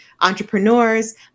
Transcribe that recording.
entrepreneurs